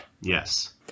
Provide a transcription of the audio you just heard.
Yes